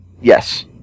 Yes